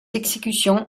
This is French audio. exécutions